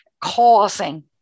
causing